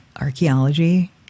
archaeology